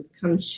come